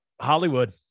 Hollywood